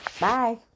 Bye